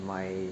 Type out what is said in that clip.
my